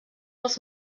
als